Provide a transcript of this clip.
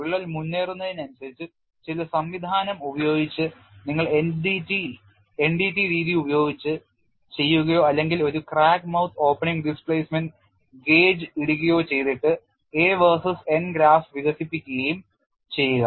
വിള്ളൽ മുന്നേറുന്നതിനനുസരിച്ച് ചില സംവിധാനം ഉപയോഗിച്ച് നിങ്ങൾ NDT രീതി ഉപയോഗിച്ച് ചെയ്യുകയോ അല്ലെങ്കിൽ ഒരു crack mouth opening displacement gauge ഇടുകയോ ചെയ്തിട്ട് a versus N ഗ്രാഫ് വികസിപ്പിക്കുകയും ചെയ്യുക